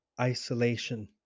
isolation